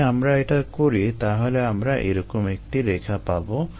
যদি আমরা এটা করি তাহলে আমরা এরকম একটি রেখা পাবো